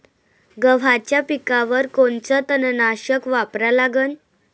गव्हाच्या पिकावर कोनचं तननाशक वापरा लागन?